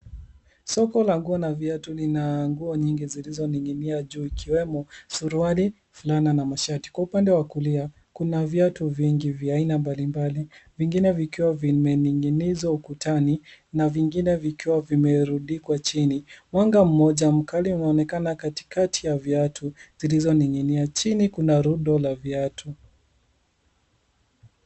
Soko la nguo na viatu, lina nguo nyingi zilizoning'inia juu ikiwemo suruali fulana na mashati. Kwa upande wa kulia, kuna viatu vingi vya aina mbalimbali, vingine vikiwa vimening'inizwa ukutani na vingine vikiwa vimerundikwa chini. Mwanga mmoja mkali unaonekana katikati ya viatu zilizoning'inia, chini kuna rundo la viatu.